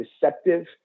deceptive